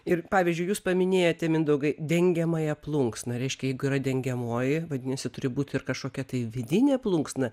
ir pavyzdžiui jūs paminėjote mindaugai dengiamąją plunksną reiškia jeigu yra dengiamoji vadinasi turi būt ir kažkokia tai vidinė plunksna